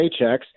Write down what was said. paychecks